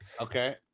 Okay